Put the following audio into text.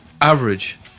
average